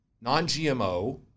non-GMO